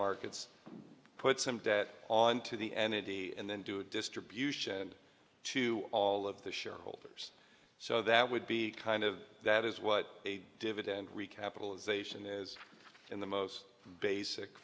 markets put some debt on to the energy and then do a distribution to all of the shareholders so that would be kind of that is what a dividend recapitalization is in the most basic